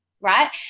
right